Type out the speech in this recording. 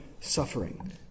suffering